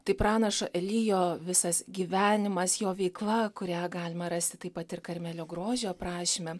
tai pranašo elyjo visas gyvenimas jo veikla kurią galima rasti taip pat ir karmelio grožio aprašyme